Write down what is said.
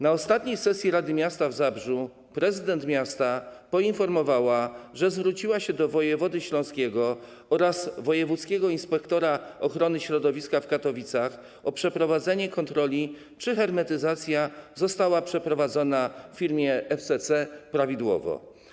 Na ostatniej sesji Rady Miasta w Zabrzu prezydent miasta poinformowała, że zwróciła się do wojewody śląskiego oraz wojewódzkiego inspektora ochrony środowiska w Katowicach o przeprowadzenie kontroli, czy hermetyzacja została przeprowadzona w firmie FCC prawidłowo.